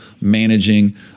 Managing